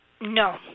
No